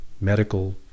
medical